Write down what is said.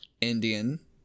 Indian